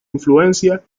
influencia